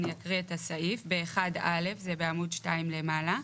אני אקריא את הסעיף, ב1(א), זה בעמוד 2 למעלה.